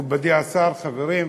מכובדי השר, חברים,